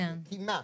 כי מה?